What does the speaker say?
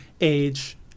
age